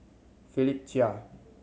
Philip Chia